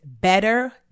better